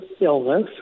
illness